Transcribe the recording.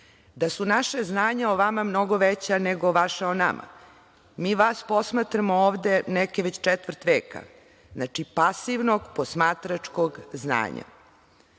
da su naša znanja o vama mnogo veća nego vaša o nama. Mi vas posmatramo, ovde neke već četvrt veka, znači, pasivnog, posmatračkog znanja. Nemojte